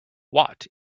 watt